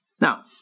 Now